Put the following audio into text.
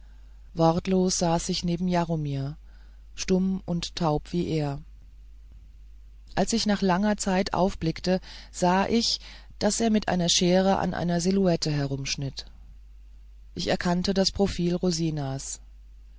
wortlos saß ich neben jaromir stumm und taub wie er als ich nach einer langen zeit aufblickte sah ich daß er mit einer schere an einer silhouette herumschnitt ich erkannte das profil